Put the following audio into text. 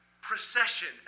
procession